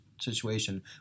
situation